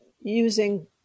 using